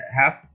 half